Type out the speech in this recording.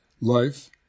life